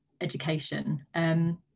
education